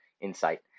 insight